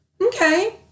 Okay